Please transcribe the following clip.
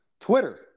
Twitter